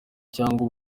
cyangwa